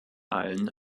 allen